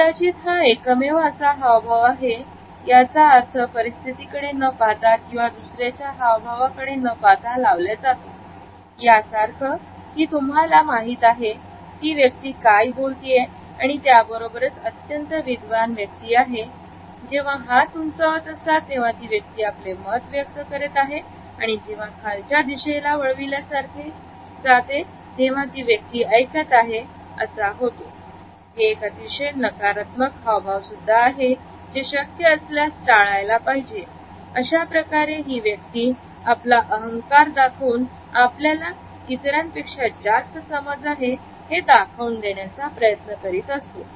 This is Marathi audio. कदाचित हा एकमेव असा हावभाव आहे याचा अर्थ परिस्थितीकडे न पाहता किंवा दुसऱ्याच्या हावभावाकडे न पाहता लावल्या जातो यासारखं की तुम्हाला माहित आहे ती व्यक्ती काय बोलतीये आणि त्याबरोबरच अत्यंत विद्वान व्यक्ती आहे जेव्हा हात उंचावत असतात तेव्हा ती व्यक्ती आपले मत व्यक्त करत आहे आणि जेव्हा खालच्या दिशेला कळवल्या जाते तेव्हा ती व्यक्ती ऐकत आहे असं होतं हे एक अतिशय नकारात्मक हावभाव आहे जे शक्य असल्यास टाळायला पाहिजे अशाप्रकारे ही व्यक्ती आपला अहंकार दाखवून आपल्याला इतरांपेक्षा जास्त समज आहे हे दाखवून देण्याचा प्रयत्न करतो